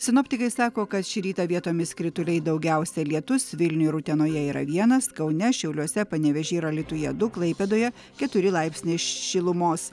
sinoptikai sako kad šį rytą vietomis krituliai daugiausia lietus vilniuj ir utenoje yra vienas kaune šiauliuose panevėžy ir alytuje du klaipėdoje keturi laipsniai šilumos